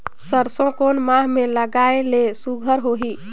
सरसो कोन माह मे लगाय ले सुघ्घर होही?